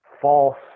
false